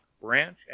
branch